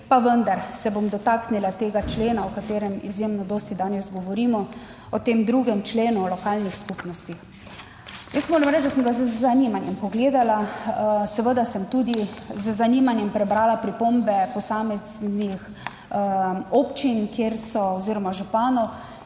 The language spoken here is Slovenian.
Pa vendar se bom dotaknila tega člena, o katerem izjemno dosti danes govorimo, o tem 2. členu lokalnih skupnosti. Jaz moram reči, da sem ga z zanimanjem pogledala, seveda sem tudi z zanimanjem prebrala pripombe posameznih občin oziroma županov,